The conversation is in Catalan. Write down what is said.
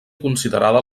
considerada